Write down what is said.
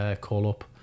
call-up